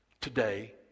today